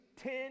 ten